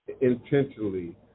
intentionally